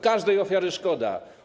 Każdej ofiary szkoda.